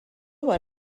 بار